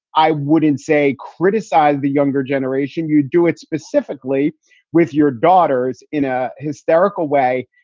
i wouldn't say criticize the younger generation. you do it specifically with your daughters in a hysterical way.